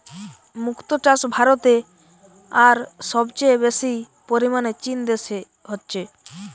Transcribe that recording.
মুক্তো চাষ ভারতে আর সবচেয়ে বেশি পরিমাণে চীন দেশে হচ্ছে